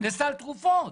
לסל תרופות.